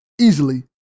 easily